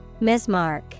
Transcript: Mismark